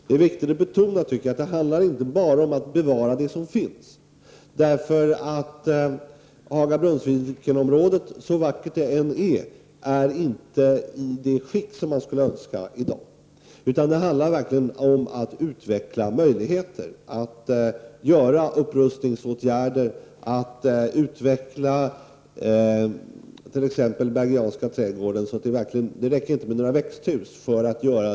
Det är viktigt att betona att det inte bara handlar om att bevara det som finns, därför att Haga-Brunnsviken-området, hur vackert det än är, är inte i dag i det skick som man skulle önska. Det handlar om att utveckla möjligheter och att vidta upprustningsåtgärder, t.ex. att utveckla Bergianska trädgården till en botanisk trädgård av internationell klass.